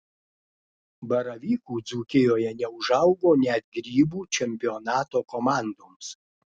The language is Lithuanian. baravykų dzūkijoje neužaugo net grybų čempionato komandoms